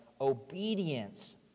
obedience